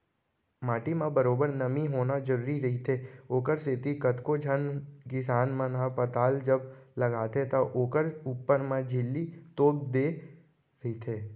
माटी म बरोबर नमी होना जरुरी रहिथे, ओखरे सेती कतको झन किसान मन ह पताल जब लगाथे त ओखर ऊपर म झिल्ली तोप देय रहिथे